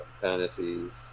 fantasies